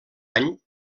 any